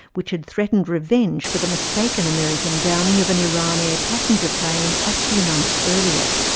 which had threatened revenge for the mistaken american downing of an iran air passenger plane a few months earlier.